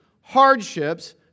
hardships